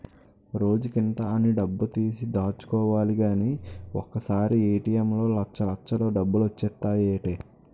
రోజుకింత అని డబ్బుతీసి దాచుకోలిగానీ ఒకసారీ ఏ.టి.ఎం లో లచ్చల్లచ్చలు డబ్బులొచ్చేత్తాయ్ ఏటీ?